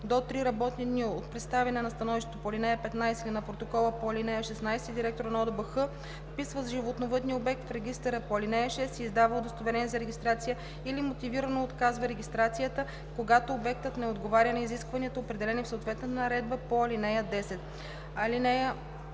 до три работни дни от представяне на становището по ал. 15 или на протокола по ал. 16 директорът на ОДБХ вписва животновъдния обект в регистъра по ал. 6 и издава удостоверение за регистрация или мотивирано отказва регистрацията, когато обектът не отговаря на изискванията, определени в съответната наредба по ал. 10. (18)